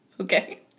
Okay